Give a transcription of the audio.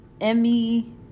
Emmy